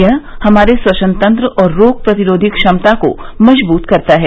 यह हमारे श्वसनतंत्र और रोग प्रतिरोधी क्षमता को मजबूत करता है